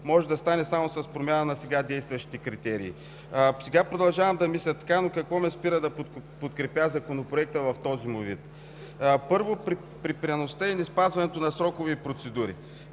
може да стане само с промяна на сега действащите критерии. И сега продължавам да мисля така, но какво ме спира да подкрепя Законопроекта в този му вид? Първо, припряността и неспазването на срокове и процедури.